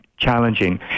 challenging